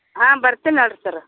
ಹಾಂ ಬರ್ತೀನಿ ಹೇಳಿರಿ ಸರ್ರ